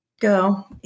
go